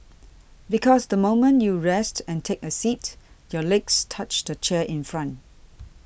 because the moment you rest and take a seat your legs touch the chair in front